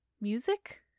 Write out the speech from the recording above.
music